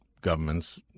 government's